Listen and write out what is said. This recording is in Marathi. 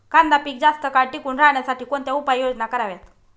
कांदा पीक जास्त काळ टिकून राहण्यासाठी कोणत्या उपाययोजना कराव्यात?